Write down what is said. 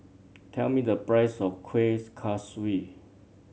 tell me the price of Kueh Kaswi